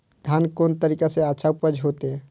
धान कोन तरीका से अच्छा उपज होते?